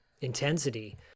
intensity